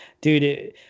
Dude